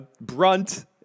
Brunt